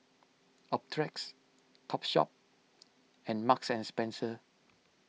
Optrex Topshop and Marks and Spencer